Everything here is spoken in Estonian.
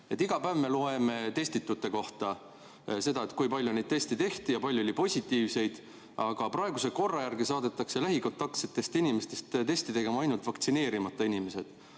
Iga päev me loeme testitute kohta seda, kui palju neid teste tehti ja kui palju oli positiivseid, aga praeguse korra järgi saadetakse lähikontaktsetest inimestest testi tegema ainult vaktsineerimata inimesed.